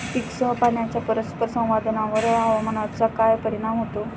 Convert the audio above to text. पीकसह पाण्याच्या परस्पर संवादावर हवामानाचा काय परिणाम होतो?